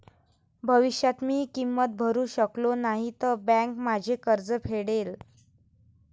भविष्यात मी किंमत भरू शकलो नाही तर बँक माझे कर्ज फेडेल